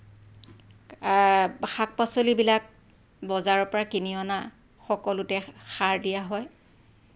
শাক পাচলিবিলাক বজাৰৰ পৰা কিনি অনা সকলোতে সাৰ দিয়া হয়